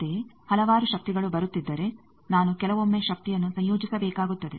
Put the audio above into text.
ಅಂತೆಯೇ ಹಲವಾರು ಶಕ್ತಿಗಳು ಬರುತ್ತಿದ್ದರೆ ನಾನು ಕೆಲವೊಮ್ಮೆ ಶಕ್ತಿಯನ್ನು ಸಂಯೋಜಿಸಬೇಕಾಗುತ್ತದೆ